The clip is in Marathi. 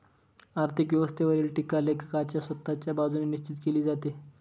आर्थिक व्यवस्थेवरील टीका लेखकाच्या स्वतःच्या बाजूने निश्चित केली जाते